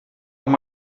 ond